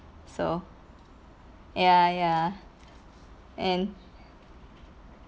so ya ya and